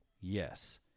yes